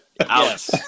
Alice